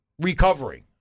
recovering